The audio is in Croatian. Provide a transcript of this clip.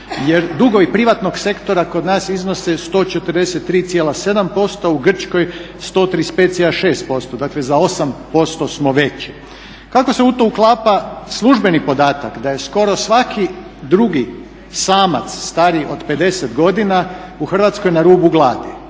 dugovi privatnog sektora kod nas iznose 143,7%, u Grčkoj 135,6%, dakle za 8% smo veći? Kako se u to uklapa službeni podatak da je skoro svaki drugi samac stariji od 50 godina u Hrvatskoj na rubu glasi,